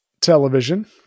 television